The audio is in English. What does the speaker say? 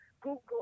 Google